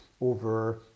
over